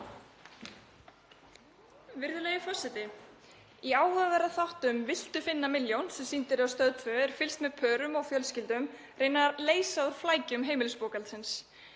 Virðulegi forseti. Í áhugaverðum þáttum, Viltu finna milljón, sem sýndir eru á Stöð 2 er fylgst með pörum og fjölskyldum reyna að leysa úr flækjum heimilisbókhaldsins.